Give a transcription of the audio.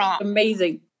Amazing